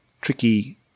tricky